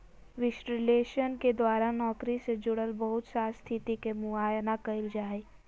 विश्लेषण के द्वारा नौकरी से जुड़ल बहुत सा स्थिति के मुआयना कइल जा हइ